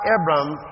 Abraham